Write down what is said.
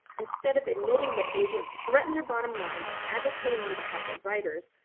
instead of admitting that agents threatened their bottom line by advocating on behalf of writers,